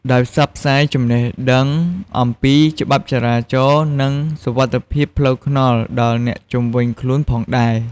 ដោយផ្សព្វផ្សាយចំណេះដឹង អំពីច្បាប់ចរាចរណ៍ និងសុវត្ថិភាពផ្លូវថ្នល់ដល់អ្នកជុំវិញខ្លួនផងដែរ។